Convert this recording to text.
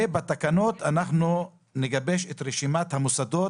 ובתקנות אנחנו נגבש את רשימת המוסדות